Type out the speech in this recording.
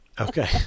okay